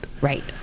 Right